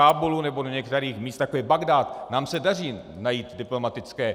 Do Kábulu nebo do některých míst, jako je Bagdád nám se daří najít diplomatické...